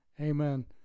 Amen